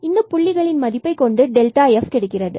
இந்த புள்ளிகளில் f மதிப்பு கிடைக்கிறது